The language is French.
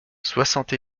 soixante